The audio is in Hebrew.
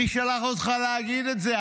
מי שלח אותך להגיד את זה?